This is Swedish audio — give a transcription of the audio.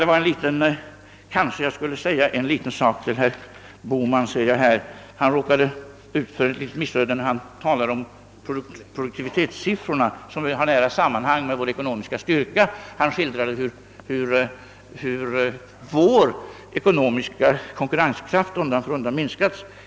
Kanske jag skulle säga en sak till herr Bohman, som råkade ut för ett litet missöde när han talade om produktivitetssiffrorna, vilka har nära samband med vår ekonomiska styrka. Han skildrade hur vår ekonomiska konkurrenskraft undan för undan minskats.